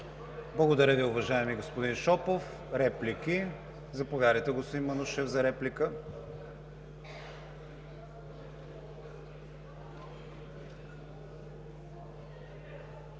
Благодаря Ви, уважаеми господин Шопов. Реплики? Заповядайте, господин Манушев за реплика.